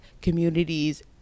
communities